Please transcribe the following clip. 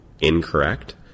incorrect